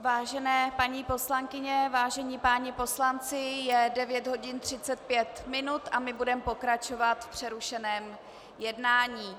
Vážené paní poslankyně, vážení páni poslanci, je 9 hodin 35 minut, budeme pokračovat v přerušeném jednání.